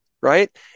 right